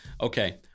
Okay